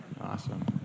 Awesome